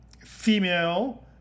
female